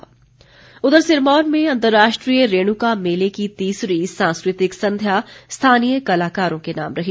रेण्का मेला उधर सिरमौर में अंतर्राष्ट्रीय रेणुका मेले की तीसरी सांस्कृतिक संध्या स्थानीय कलाकारों के नाम रही